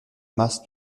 masse